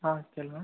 ஆ சொல்லுங்கள்